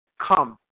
come